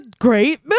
great